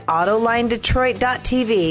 AutolineDetroit.tv